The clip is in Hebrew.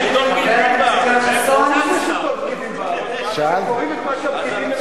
אתם פשוט פקידים, פשוט פקידים.